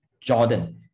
Jordan